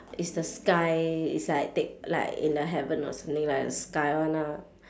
is the sky it's like take like in the heaven or something like the sky [one] ah